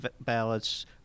ballots